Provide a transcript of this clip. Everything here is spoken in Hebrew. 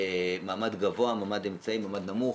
מעמד גבוה, מעמד אמצעי, מעמד נמוך,